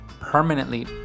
Permanently